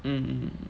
mmhmm